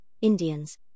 Indians